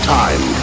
time